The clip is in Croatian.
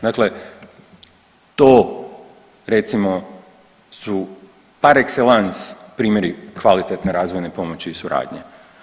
Dakle, to recimo su par excellence primjeri kvalitetne razvojne pomoći i suradnje.